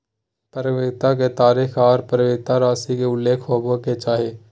परिपक्वता के तारीख आर परिपक्वता राशि के उल्लेख होबय के चाही